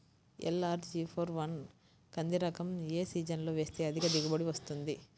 LRG four one కంది రకం ఏ సీజన్లో వేస్తె అధిక దిగుబడి వస్తుంది?